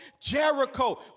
Jericho